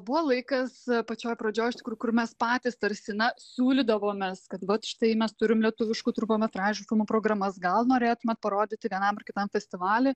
buvo laikas pačioj pradžioj iš tikrųjų kur mes patys tarsi na siūlydavomės kad vat štai mes turim lietuviškų trumpametražių filmų programas gal norėtumėt parodyti vienam ar kitam festivaly